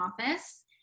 office